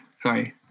sorry